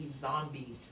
zombie